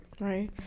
Right